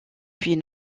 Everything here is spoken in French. puis